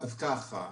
אז ככה.